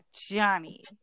Johnny